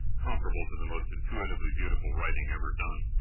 comparable to the most intuitively beautiful writing ever done.